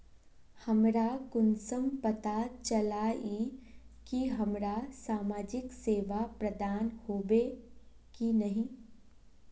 हमरा कुंसम पता चला इ की हमरा समाजिक सेवा प्रदान होबे की नहीं?